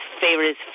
favorite